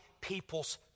people's